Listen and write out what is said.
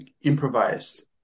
improvised